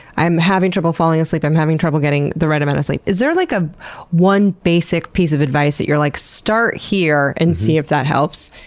i'm having trouble falling asleep, i'm having trouble getting the right amount of sleep, is there like ah one basic piece of advice that you're like, start here and see if that helps?